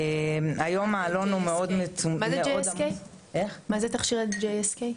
מה זה תכשירי JSK?